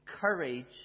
courage